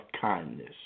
kindness